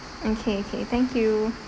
okay okay thank you